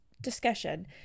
Discussion